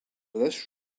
this